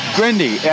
Grindy